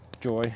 joy